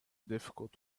difficult